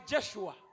Joshua